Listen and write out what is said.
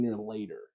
later